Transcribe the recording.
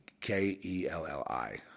K-E-L-L-I